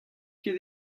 ket